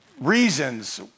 reasons